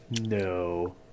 No